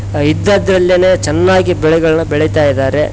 ಇದ್ದದ್ದರಲ್ಲೇ ಚೆನ್ನಾಗಿ ಬೆಳೆಗಳನ್ನ ಬೆಳಿತಾ ಇದ್ದಾರೆ